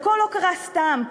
הכול לא קרה סתם.